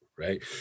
Right